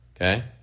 Okay